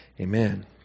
Amen